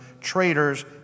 traitors